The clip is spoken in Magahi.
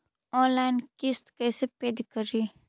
ऑनलाइन किस्त कैसे पेड करि?